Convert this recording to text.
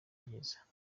byiza